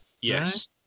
Yes